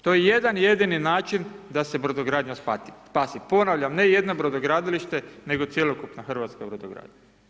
To je jedan jedini način da se brodogradnja spasi, ponavljam ne jedno brodogradilište, nego cjelokupna hrvatska brodogradnja.